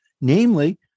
Namely